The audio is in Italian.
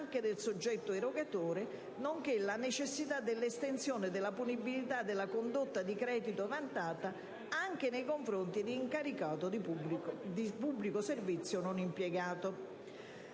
del soggetto erogatore nonché la necessità dell'estensione della punibilità della condotta di millantato credito vantata anche nei confronti di incaricato di pubblico servizio non impiegato.